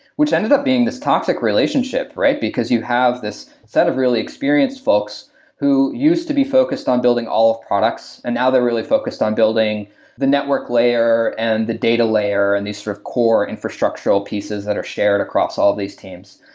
which ended up being this toxic relationship, right? because you have this set of really experienced folks who used to be focused on building all of products, and now they're really focused on building the network layer and the data layer and this sort of core infrastructural pieces that are shared across all these teams.